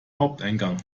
haupteingang